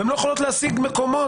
והן לא יכולות להשיג מקומות,